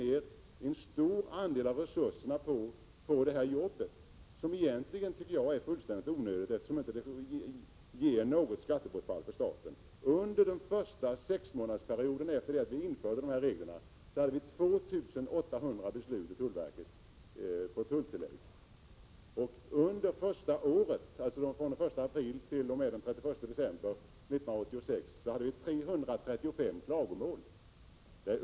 En stor andel av resurserna läggs ner på ett jobb som egentligen är fullständigt onödigt, eftersom staten ändå inte drabbas av något skattebortfall. Under den första sexmånadersperioden efter reglernas införande fattade tullverket 2 800 beslut om tulltillägg. Från den 1 april till den 31 december 1986 inkom 335 klagomål.